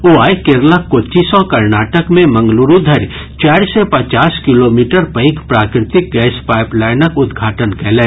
ओ आइ केरलक कोच्चि सँ कर्नाटक मे मंगलुरू धरि चारि सय पचास किलोमीटर पैघ प्राकृतिक गैस पाईप लाईनक उद्घाटन कयलनि